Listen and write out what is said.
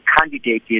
candidate